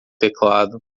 teclado